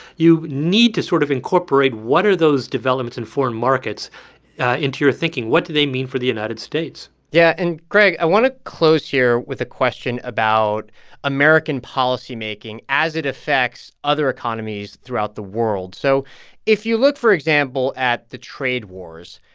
you need to sort of incorporate what are those developments in foreign markets into your thinking. what do they mean for the united states? yeah. and greg, i want to close here with a question about american policymaking as it affects other economies throughout the world. so if you look, for example, at the trade wars,